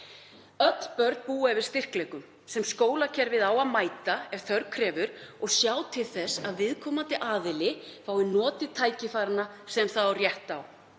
Öll börn búa yfir styrkleikum sem skólakerfið á að mæta ef þörf krefur og sjá til þess að viðkomandi aðili fái notið tækifæranna sem hann á rétt á.